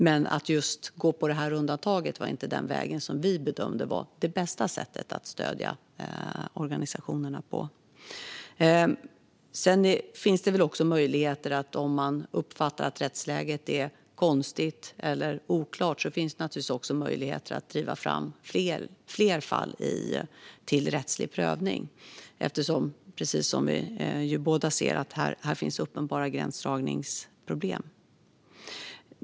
Men att just gå på det här undantaget var inte den väg som vi bedömde var det bästa sättet att stödja organisationerna på. Om man uppfattar att rättsläget är konstigt eller oklart finns det naturligtvis möjligheter att driva fram fler fall till rättslig prövning, eftersom det, precis som vi ju båda ser, här finns uppenbara gränsdragningsproblem.